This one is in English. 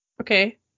Okay